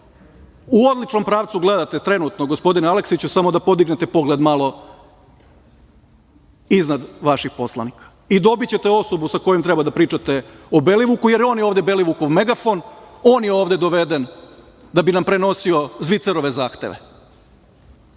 u odličnom pravcu gledate trenutno, gospodine Aleksiću, samo da podignete pogled malo iznad vaših poslanika i dobićete osobu sa kojom treba da pričate o Belivuku, jer on je ovde Belivukov megafon, on je ovde doveden da bi nam prenosio Zvicerove zahteve. Na